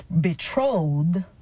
betrothed